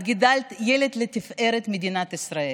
את גידלת ילד לתפארת מדינת ישראל.